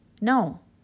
No